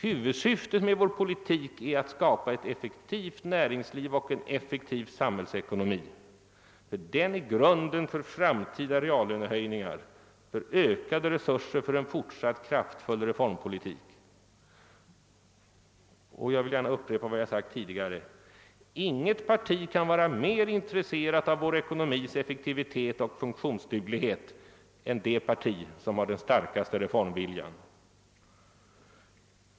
Huvudsyftet med vår politik är att skapa ett effektivt näringsliv och en effektiv samhällsekonomi, ty det är grunden för framtida reallönehöjningar, för ökade resurser för en fortsatt kraftfull re formpolitik. Och jag vill gärna upprepa vad jag sagt tidigare: Inget parti kan vara mer intresserat av vår ekonomis effektivitet och funktionsduglighet än det parti som har den starkaste reformviljan.